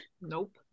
nope